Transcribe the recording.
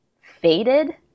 faded